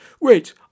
Wait